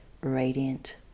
radiant